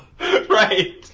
right